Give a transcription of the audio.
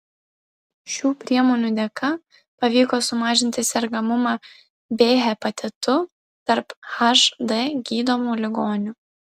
šių priemonių dėka pavyko sumažinti sergamumą b hepatitu tarp hd gydomų ligonių